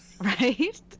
Right